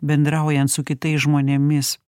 bendraujant su kitais žmonėmis